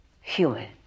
human